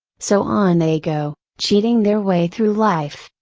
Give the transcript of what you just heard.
so on they go, cheating their way through life,